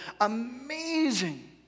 amazing